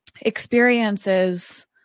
experiences